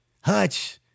Hutch